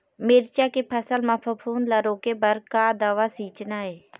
मिरचा के फसल म फफूंद ला रोके बर का दवा सींचना ये?